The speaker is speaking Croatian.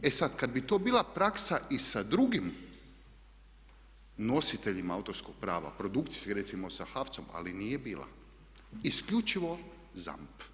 E sad, kad bi to bila praksa i sa drugim nositeljima autorskog prava, produkcijske recimo sa HAVC-om ali nije bila isključivo ZAMP.